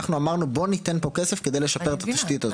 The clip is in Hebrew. אנחנו אמרנו בוא ניתן פה כסף כדי לשפר את התשתית הזאת.